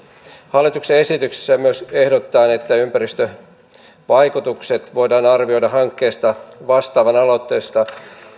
hallituksen esityksessä myös ehdotetaan että ympäristövaikutukset voidaan arvioida hankkeesta vastaavan aloitteesta